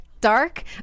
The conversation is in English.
dark